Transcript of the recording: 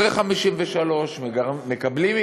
אחרי 1953,